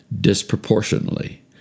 disproportionately